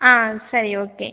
ஆ சரி ஓகே